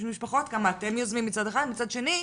מצד שני,